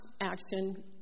action